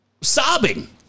sobbing